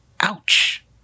Ouch